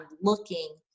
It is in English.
looking